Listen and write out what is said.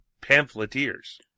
pamphleteers